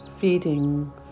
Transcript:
feeding